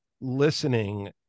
listening